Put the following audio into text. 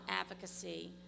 advocacy